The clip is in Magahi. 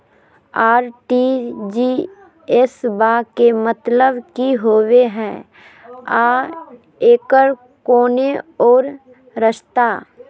आर.टी.जी.एस बा के मतलब कि होबे हय आ एकर कोनो और रस्ता?